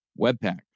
Webpack